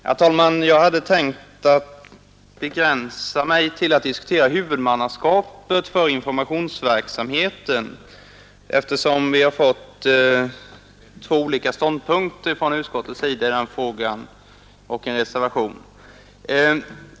Herr talman! Jag hade tänkt att begränsa mig till att diskutera huvudmannaskapet för informationsverksamheten, eftersom vi har fått två olika ståndpunkter från utskottets sida i denna fråga och en reservation.